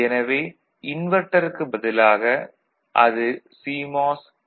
எனவே இன்வெர்ட்டருக்குப் பதிலாக அது சிமாஸ் டி